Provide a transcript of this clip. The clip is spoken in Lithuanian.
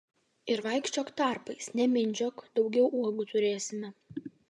ir vaikščiok tarpais nemindžiok daugiau uogų turėsime